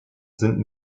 sind